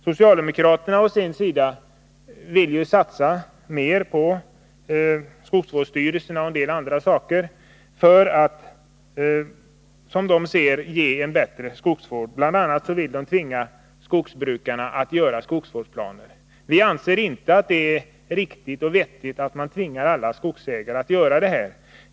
Socialdemokraterna vill ju satsa mer på skogsvårdsstyrelserna och en del andra saker för att, som de ser det, ge en bättre skogsvård. De vill bl.a. tvinga skogsbrukarna att göra skogsvårdsplaner. Vi anser inte att det är riktigt och vettigt att man tvingar alla skogsägare att göra detta.